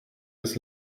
des